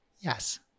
yes